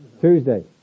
Tuesday